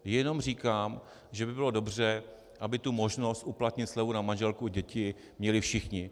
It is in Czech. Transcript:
Jenom říkám, že by bylo dobře, aby možnost uplatnit slevu na manželku, děti měli všichni.